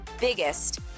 biggest